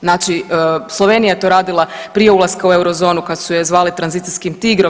Znači Slovenija je to radila prije ulaska u eurozonu kad su je zvali tranzicijskim tigrom.